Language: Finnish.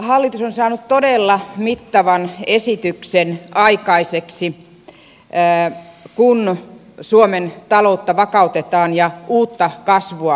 hallitus on saanut todella mittavan esityksen aikaiseksi kun suomen taloutta vakautetaan ja uutta kasvua haetaan